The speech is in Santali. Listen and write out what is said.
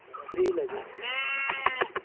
ᱯᱷᱨᱤ ᱞᱟᱹᱜᱤᱫ